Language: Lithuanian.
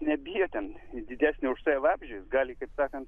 nebijo ten didesnio už save vabzdžio jis gali kaip sakant